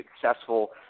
successful